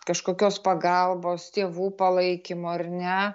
kažkokios pagalbos tėvų palaikymo ar ne